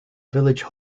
village